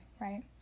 right